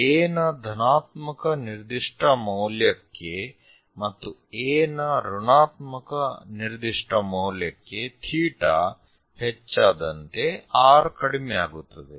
a ನ ಧನಾತ್ಮಕ ನಿರ್ದಿಷ್ಟ ಮೌಲ್ಯಕ್ಕೆ ಮತ್ತು a ನ ಋಣಾತ್ಮಕ ನಿರ್ದಿಷ್ಟ ಮೌಲ್ಯಕ್ಕೆ ಥೀಟಾ ಹೆಚ್ಚಾದಂತೆ r ಕಡಿಮೆಯಾಗುತ್ತದೆ